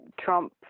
Trump